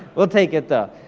we'll take it though.